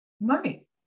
money